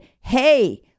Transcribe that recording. hey